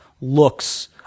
looks